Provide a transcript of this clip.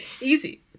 Easy